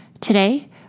Today